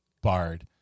bard